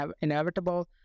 inevitable